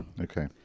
Okay